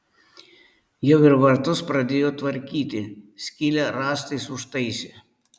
jau ir vartus pradėjo tvarkyti skylę rąstais užtaisė